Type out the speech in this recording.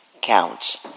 counts